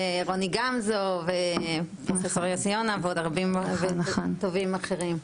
רוני גמזו ועוד רבים טובים אחרים.